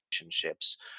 relationships